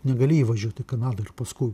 negali įvažiuoti į kanadą ir paskui